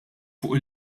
fuq